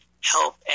help